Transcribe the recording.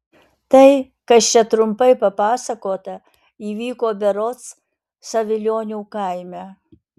tai kas čia trumpai papasakota įvyko berods savilionių kaime